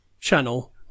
channel